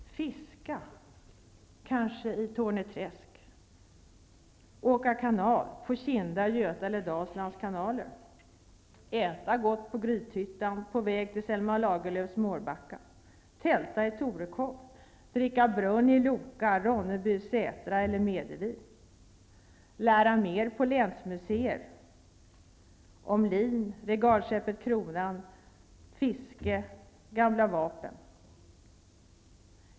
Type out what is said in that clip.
Fiska, kanske i Torne träsk. Åka kanaltur på Kinda, Göta eller Dalslands kanaler. Äta gott på Grythyttan på väg till Selma Lagerlöfs Mårbacka. Tälta i Torekov. Dricka brunn i Loka, Ronneby, Sätra eller Medevi. Kronan, fiske, gamla vapen.